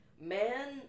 man